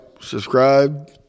subscribe